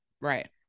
right